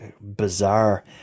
bizarre